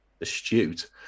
astute